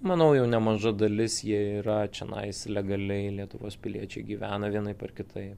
manau jau nemaža dalis jie yra čianais legaliai lietuvos piliečiai gyvena vienaip ar kitaip